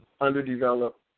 underdeveloped